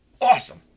awesome